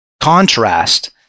contrast